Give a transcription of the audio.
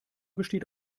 besteht